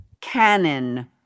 canon